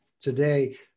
today